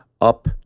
up